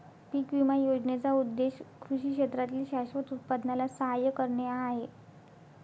पीक विमा योजनेचा उद्देश कृषी क्षेत्रातील शाश्वत उत्पादनाला सहाय्य करणे हा आहे